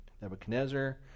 Nebuchadnezzar